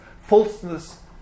Falseness